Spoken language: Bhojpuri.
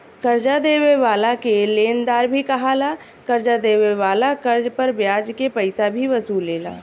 कर्जा देवे वाला के लेनदार भी कहाला, कर्जा देवे वाला कर्ज पर ब्याज के पइसा भी वसूलेला